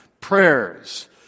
prayers